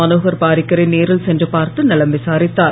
மனோகர் பாரிக்கரை நேரில் சென்று பார்த்து நலம் விசாரித்தார்